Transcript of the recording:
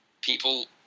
people